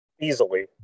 Easily